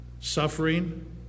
suffering